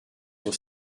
sur